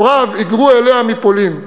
הוריו היגרו אליה מפולין.